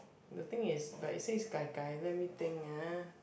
the thing is but you say is Gai-Gai let me think ah